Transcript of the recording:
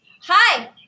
Hi